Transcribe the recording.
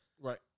Right